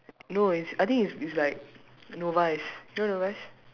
no is I think is is like novice you know novice